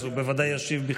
אז הוא בוודאי ישיב בכתב.